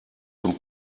zum